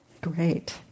Great